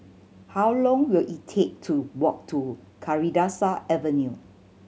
how long will it take to walk to Kalidasa Avenue